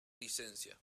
licencia